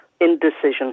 indecision